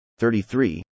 33